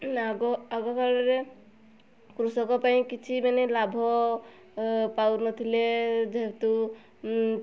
ଆଗକାଳରେ କୃଷକ ପାଇଁ କିଛି ମାନେ ଲାଭ ପାଉନଥିଲେ ଯେହେତୁ